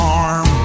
arm